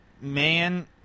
man